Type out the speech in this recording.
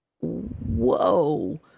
whoa